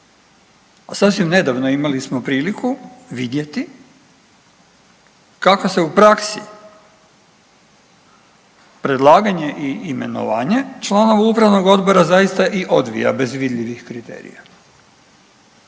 A sasvim nedavno imali smo priliku vidjeti kako se u praksi predlaganje i imenovanje članova upravnog odbora zaista i odvija bez vidljivih kriterija.